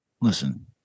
Listen